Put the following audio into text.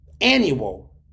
annual